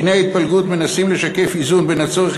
דיני ההתפלגות מנסים לשקף איזון בין הצורך